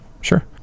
Sure